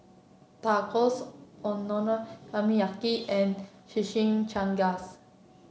Tacos Okonomiyaki and Shimichangas